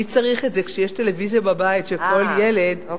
מי צריך את זה כשיש טלוויזיה בבית, אה, אוקיי.